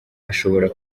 ashobora